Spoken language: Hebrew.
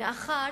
מאחר